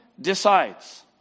decides